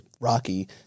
Rocky